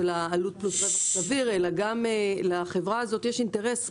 העלות פלוס רווח סביר אלא גם לחברה הזאת יש אינטרס.